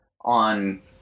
on